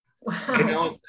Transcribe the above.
Wow